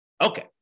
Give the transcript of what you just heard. Okay